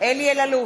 אלי אלאלוף,